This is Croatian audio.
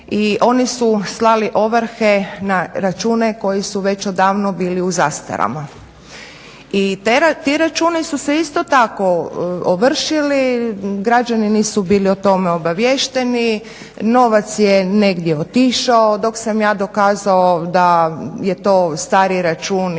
i oni su slali ovrhe na račune koji su već odavno bili u zastarama i ti računi su se isto tako ovršili, građani nisu bili o tome obaviješteni, novac je negdje otišao dok sam ja dokazao da je to stari račun ili